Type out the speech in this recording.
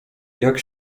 jak